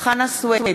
חנא סוייד,